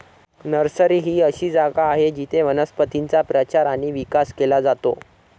nursery ही अशी जागा आहे जिथे वनस्पतींचा प्रचार आणि विकास केला जातो